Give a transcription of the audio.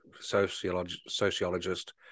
sociologist